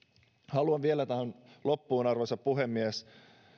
haluan vielä tähän loppuun arvoisa puhemies